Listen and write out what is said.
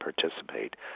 participate